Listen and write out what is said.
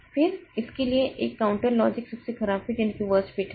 फिर इसके लिए एक काउंटर लॉजिक सबसे खराब फिट है